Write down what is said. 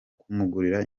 kumugurira